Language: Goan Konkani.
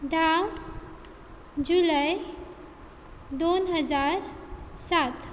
धा जुलय दोन हजार सात